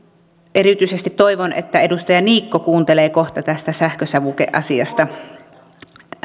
erityisesti toivon että edustaja niikko kuuntelee kohta tästä sähkösavukeasiasta